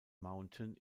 mountain